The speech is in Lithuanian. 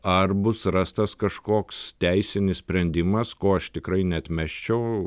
ar bus rastas kažkoks teisinis sprendimas ko aš tikrai neatmesčiau